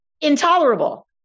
intolerable